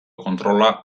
kontrola